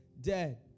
dead